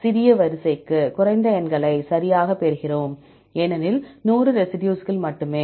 சிறிய வரிசைக்கு குறைந்த எண்களை சரியாகப் பெறுகிறோம் ஏனெனில் 100 ரெசிடியூஸ்கள் மட்டுமே